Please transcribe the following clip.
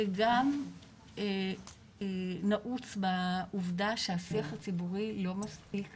זה גם נעוץ בעובדה שהשיח הציבורי לא מספיק